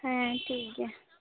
ᱦᱮᱸ ᱴᱷᱤᱠ ᱜᱮᱭᱟ